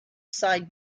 side